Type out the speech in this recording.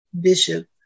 Bishop